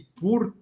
por